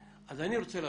אז אני רוצה לדעת,